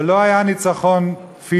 זה לא היה ניצחון פיזי,